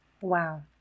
Wow